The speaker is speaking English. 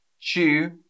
chew